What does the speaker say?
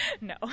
no